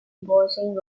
imposing